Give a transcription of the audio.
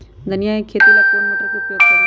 धनिया के खेती ला कौन मोटर उपयोग करी?